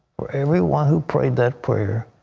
for everyone who prayed that prayer,